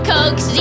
Coke